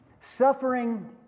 Suffering